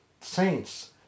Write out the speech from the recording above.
saints